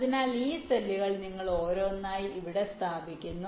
അതിനാൽ ഈ സെല്ലുകൾ നിങ്ങൾ ഓരോന്നായി ഇവിടെ സ്ഥാപിക്കുന്നു